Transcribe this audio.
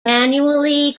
manually